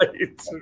Right